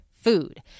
food